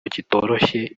kitoroshye